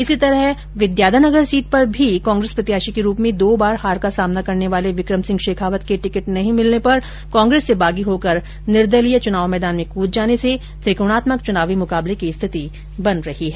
इसी तरह शहर की विद्याधर नगर सीट पर भी कांग्रेस प्रत्याशी के रुप में दो बार हार का सामना करने वाले विक्रम सिंह शेखावत के टिकट नहीं मिलने पर कांग्रेस से बागी होकर निर्दलीय चुनाव मैदान में कृद जाने से त्रिकोणात्मक चुनावी मुकाबले की स्थिति बनती जा रही हैं